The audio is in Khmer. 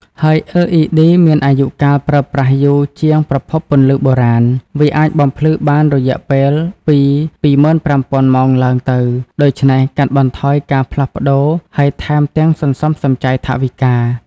ហើយLED មានអាយុកាលប្រើប្រាស់យូរ ជាងប្រភពពន្លឺបុរាណ។ វាអាចបំភ្លឺបានរយៈពេលពី 25,000 ម៉ោងឡើងទៅ ដូច្នេះកាត់បន្ថយការផ្លាស់ប្ដូរហើយថែមទាំងសន្សំសំចៃថវិកា។